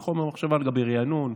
זה חומר למחשבה לגבי ריענון,